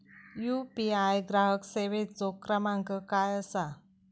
UPI ग्राहक सेवेचो क्रमांक काय असा?